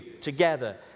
together